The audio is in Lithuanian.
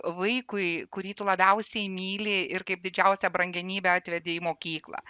vaikui kurį tu labiausiai myli ir kaip didžiausią brangenybę atvedi į mokyklą